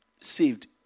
saved